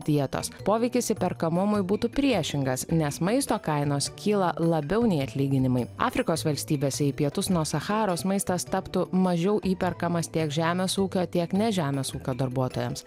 dietos poveikis įperkamumui būtų priešingas nes maisto kainos kyla labiau nei atlyginimai afrikos valstybėse į pietus nuo sacharos maistas taptų mažiau įperkamas tiek žemės ūkio tiek ne žemės ūkio darbuotojams